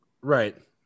right